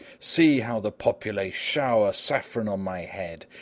see how the populace shower saffron on my head!